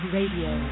Radio